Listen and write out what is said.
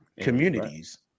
communities